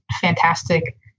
fantastic